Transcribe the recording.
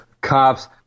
cops